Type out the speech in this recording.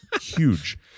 huge